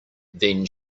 then